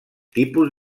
tipus